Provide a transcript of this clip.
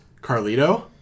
Carlito